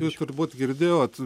jūs turbūt girdėjote